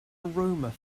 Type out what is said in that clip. aroma